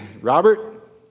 Robert